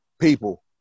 people